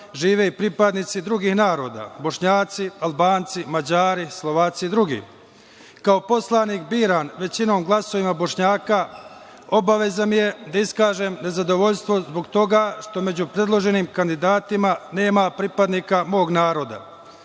žive i pripadnici drugih naroda – Bošnjaci, Albanci, Mađari, Slovaci i drugi. Kao poslanik biran većinom glasova Bošnjaka, obaveza mi je da iskažem nezadovoljstvo zbog toga što među predloženim kandidatima nema pripadnika mog naroda. To